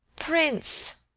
prince,